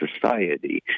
society